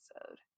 episode